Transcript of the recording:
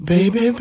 Baby